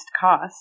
cost